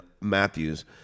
Matthews